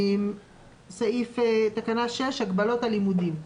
סעיף 6, הגבלות על לימודים.